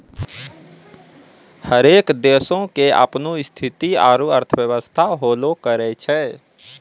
हरेक देशो के अपनो स्थिति आरु अर्थव्यवस्था होलो करै छै